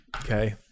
Okay